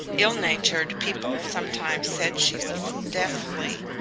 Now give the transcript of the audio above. ill-natured people sometimes said she was deathly.